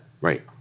Right